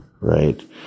right